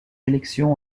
élections